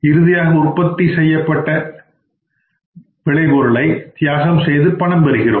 இறுதியாக உற்பத்தி செய்யப்பட்ட விளை பொருளை தியாகம் செய்து பணம் பெருகிறோம்